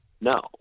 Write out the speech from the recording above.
No